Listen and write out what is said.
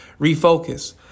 Refocus